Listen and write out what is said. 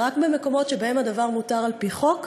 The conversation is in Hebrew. ורק במקומות שבהם הדבר מותר על-פי חוק